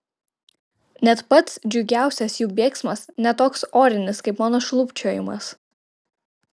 net pats džiugiausias jų bėgsmas ne toks orinis kaip mano šlubčiojimas